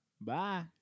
Bye